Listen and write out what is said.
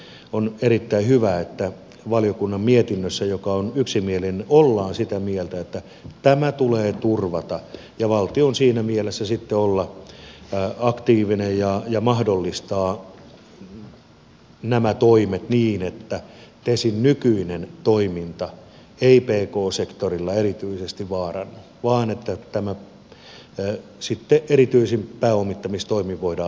siltä osin on erittäin hyvä että valiokunnan mietinnössä joka on yksimielinen ollaan sitä mieltä että tämä tulee turvata ja valtion siinä mielessä sitten olla aktiivinen ja mahdollistaa nämä toimet niin että tesin nykyinen toiminta ei pk sektorilla erityisesti vaarannu vaan että tämä sitten erityisin pääomittamistoimin voidaan hoitaa